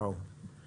וואו.